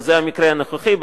וזה המקרה הנוכחי,